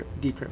Decrypt